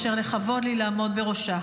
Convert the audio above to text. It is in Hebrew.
אשר לכבוד לי לעמוד בראשה.